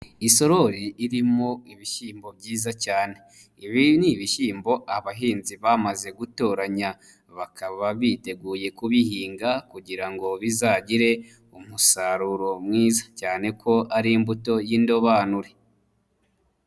Isorori irimo ibishyimbo byiza cyane. Ibi ni ibishyimbo abahinzi bamaze gutoranya, bakaba biteguye kubihinga kugira ngo bizagire umusaruro mwiza, cyane ko ari imbuto y'indobanure.